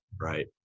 right